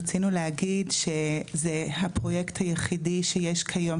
רצינו להגיד שזה הפרויקט היחידי שיש כיום,